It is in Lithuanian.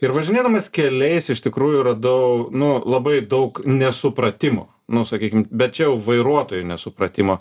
ir važinėdamas keliais iš tikrųjų radau nu labai daug nesupratimo nu sakykim bet čia jau vairuotojų nesupratimo